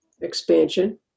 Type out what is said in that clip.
expansion